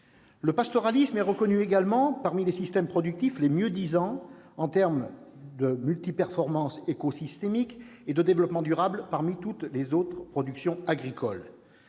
Le pastoralisme est reconnu également parmi les systèmes productifs les mieux-disants en termes de multiperformance écosystémique et de développement durable parmi toutes les autres productions agricoles.